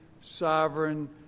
sovereign